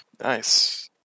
Nice